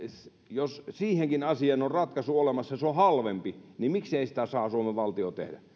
jos siihenkin asiaan on ratkaisu olemassa ja se on halvempi niin miksei sitä saa suomen valtio tehdä